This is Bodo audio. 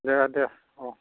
दे दे अ